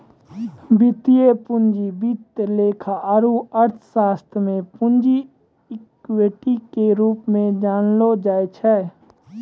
वित्तीय पूंजी वित्त लेखा आरू अर्थशास्त्र मे पूंजी इक्विटी के रूप मे जानलो जाय छै